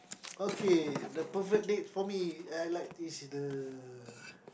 okay the perfect date for me I like is the